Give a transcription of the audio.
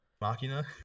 Machina